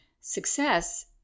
success